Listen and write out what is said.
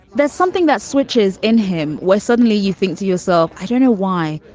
there's something that switches in him where suddenly you think to yourself, i don't know why,